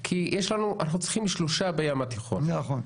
כי אנחנו צריכים שלושה בים התיכון.